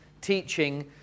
teaching